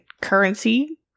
currency